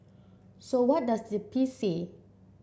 so what does the piece say